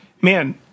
man